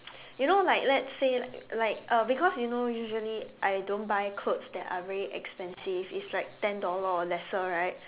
you know like let's say like uh because you know usually I don't buy clothes that are very expensive it's like ten dollar or lesser right